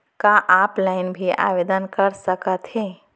का ऑफलाइन भी आवदेन कर सकत हे?